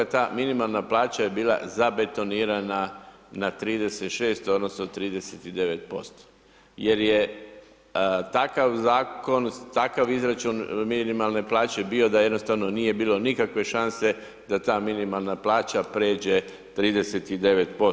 Ta minimalna plaća je bila zabetonirana na 36 odnosno 39% jer je takav izračun minimalne plaće bio da jednostavno nije bilo nikakve šanse da ta minimalna plaća pređe 39%